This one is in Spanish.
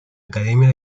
academia